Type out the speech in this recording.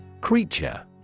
CREATURE